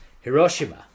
Hiroshima